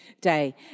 Day